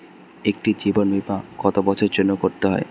একটি জীবন বীমা কত বছরের জন্য করতে হয়?